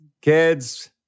Kids